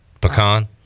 Pecan